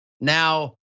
now